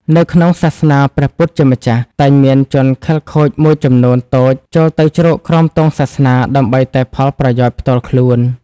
នៅក្នុងសាសនាព្រះពុទ្ធជាម្ចាស់ តែងមានជនខិលខូចមួយចំនួនតូចចូលទៅជ្រកក្រោមទង់សាសនាដើម្បីតែផលប្រយោជន៍ផ្ទាល់ខ្លួន។